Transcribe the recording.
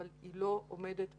אבל היא לא עומדת בוואקום,